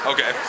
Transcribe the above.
Okay